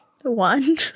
one